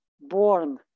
born